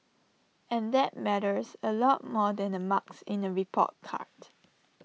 and that matters A lot more than marks in A report card